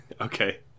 Okay